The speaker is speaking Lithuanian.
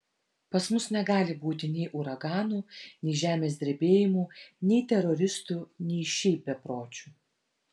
pas mus negali būti nei uraganų nei žemės drebėjimų nei teroristų nei šiaip bepročių